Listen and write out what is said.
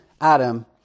adam